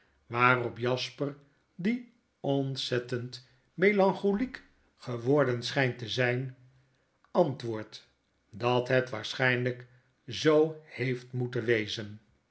waarop jasper die ontzettend melancholiek geworden schynt te zyn antwoord dat het waarschynlyk zoo heeft moeten wezen